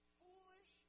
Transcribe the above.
foolish